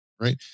right